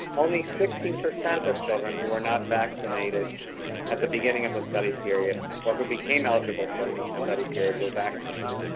only sixteen percent of children who were not vaccinated at the beginning of the study period, or who became eligible during the study period, were vaccinated.